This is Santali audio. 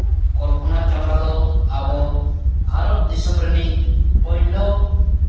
ᱠᱚᱞᱯᱚᱱᱟ ᱪᱟᱣᱞᱟ ᱫᱚ ᱟᱵᱚ ᱵᱷᱟᱨᱳᱛ ᱫᱤᱥᱚᱢ ᱨᱮᱱᱤᱡ ᱯᱳᱭᱞᱳ